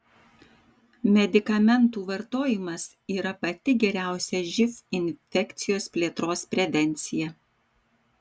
medikamentų vartojimas yra pati geriausia živ infekcijos plėtros prevencija